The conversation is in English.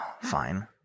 Fine